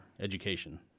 education